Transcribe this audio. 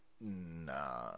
nah